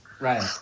right